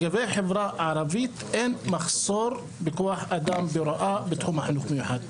לגבי החברה הערבית אין מחסור בכוח אדם בהוראה בתחום החינוך המיוחד.